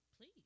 Please